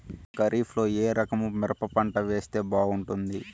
ఖరీఫ్ లో ఏ రకము మిరప పంట వేస్తే బాగుంటుంది